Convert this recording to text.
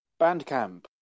Bandcamp